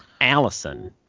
Allison